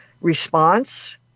response